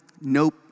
nope